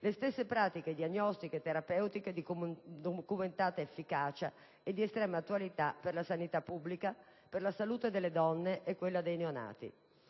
le stesse pratiche diagnostiche e terapeutiche di documentata efficacia e di estrema attualità per la sanità pubblica, per la salute delle donne e quella dei neonati.